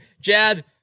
Jad